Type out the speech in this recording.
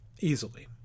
easily